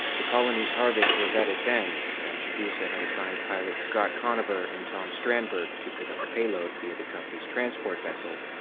the colony's harvest was at its end, and chigusa had assigned pilots scott conover and tom stranberg to pick up the payload via the company's transport vessel,